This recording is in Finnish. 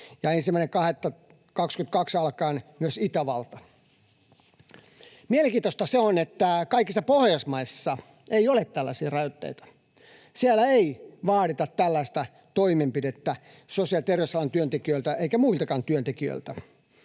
ja 1.2.22 alkaen myös Itävalta. Se on mielenkiintoista, että Pohjoismaissa ei ole tällaisia rajoitteita. Siellä ei vaadita tällaista toimenpidettä sosiaali‑ ja terveysalan työntekijöiltä eikä muiltakaan työntekijöiltä.